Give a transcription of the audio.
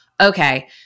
okay